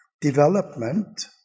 development